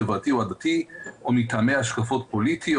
חברתי או עדתי או מטעמי השקפות פוליטיות